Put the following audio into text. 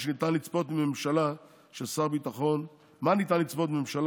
מה ניתן לצפון מממשלה ששר הביטחון שלה